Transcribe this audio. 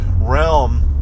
realm